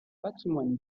patrimoine